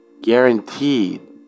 Guaranteed